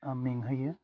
आह मेंहोयो